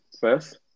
first